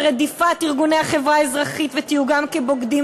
רדיפת ארגוני החברה האזרחית ותיוגם כבוגדים,